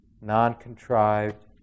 non-contrived